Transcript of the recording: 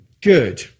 Good